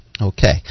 Okay